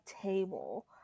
table